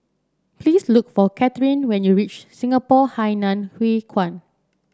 please look for Kathryn when you reach Singapore Hainan Hwee Kuan